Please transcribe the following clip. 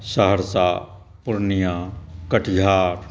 Saharsa Purnia Katihar